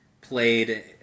played